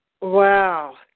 Wow